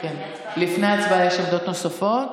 לפני ההצבעה יש עמדות נוספות,